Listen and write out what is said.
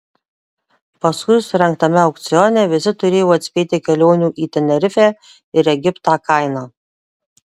paskui surengtame aukcione visi turėjo atspėti kelionių į tenerifę ir egiptą kainą